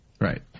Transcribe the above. Right